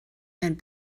and